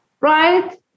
right